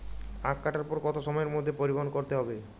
আখ কাটার পর কত সময়ের মধ্যে পরিবহন করতে হবে?